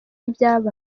ibyabaye